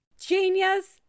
Genius